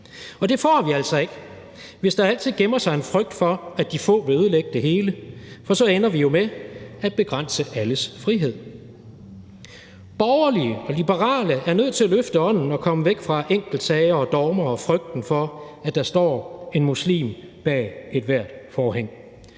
Og det får vi altså ikke, hvis der altid gemmer sig en frygt for, at de få vil ødelægge det hele, for så ender vi jo med at begrænse alles frihed. Borgerlige og liberale er nødt til at løfte ånden og komme væk fra enkeltsager og dogmer og frygten for, at der står en muslim bag ethvert forhæng.